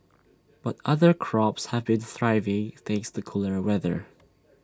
but other crops have been thriving thanks to cooler weather